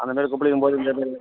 அந்த மாதிரி கொப்புளிக்கும் போது